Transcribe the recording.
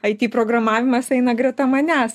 ai ty programavimas eina greta manęs